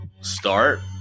start